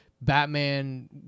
Batman